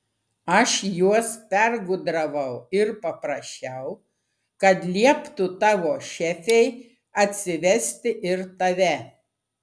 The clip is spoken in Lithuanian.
aš juos pergudravau ir paprašiau kad lieptų tavo šefei atsivesti ir tave